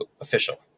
official